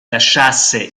lasciasse